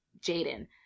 Jaden